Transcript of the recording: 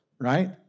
right